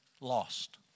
lost